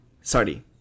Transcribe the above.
sorry